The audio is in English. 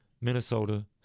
Minnesota